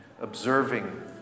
observing